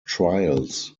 trials